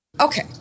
Okay